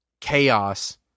chaos